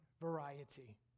variety